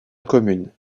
commune